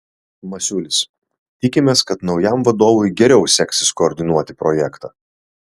masiulis tikimės kad naujam vadovui geriau seksis koordinuoti projektą